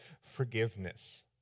forgiveness